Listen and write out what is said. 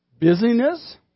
Busyness